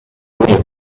wind